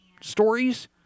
stories